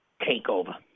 Takeover